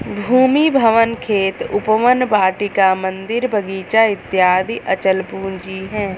भूमि, भवन, खेत, उपवन, वाटिका, मन्दिर, बगीचा इत्यादि अचल पूंजी है